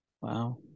Wow